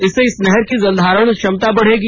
इससे इस नहर की जलधारण क्षमता बढ़ेगी